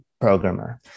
programmer